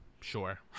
sure